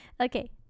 okay